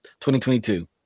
2022